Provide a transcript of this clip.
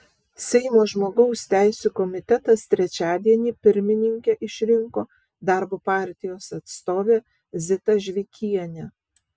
seimo žmogaus teisių komitetas trečiadienį pirmininke išrinko darbo partijos atstovę zitą žvikienę